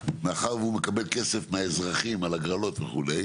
מאחר והוא מקבל כסף מהאזרחים על הגרלות וכו',